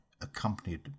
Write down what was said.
accompanied